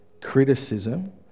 criticism